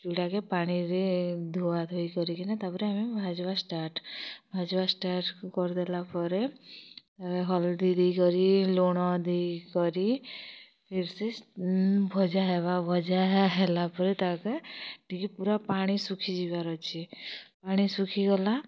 ଚୁଡ଼ାକେ ପାଣିରେ ଧୁଆ ଧୋଇ କରିକିନା ତା'ପରେ ଆମେ ଭାଜବା ଷ୍ଟାର୍ଟ ଭାଜବା ଷ୍ଟାର୍ଟ କରିଦେଲା ପରେ ତା'ପରେ ହଳଦି ଦେଇକରି ଲୁଣ ଦେଇକରି ଫିର୍ସେ ଭଜା ହେବା ଭଜା ହେଲା ପରେ ତାକେ ଟିକେ ପୁରା ପାଣି ଶୁଖିଯିବାର ଅଛି ପାଣି ଶୁଖିଗଲା